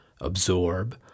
absorb